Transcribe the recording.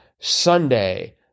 Sunday